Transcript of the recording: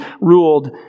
ruled